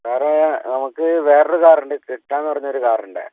sir നമുക്ക് വേറൊരു car ഉണ്ട് ക്രെറ്റാ എന്ന് പറഞ്ഞൊരു കാറ് ഉണ്ട്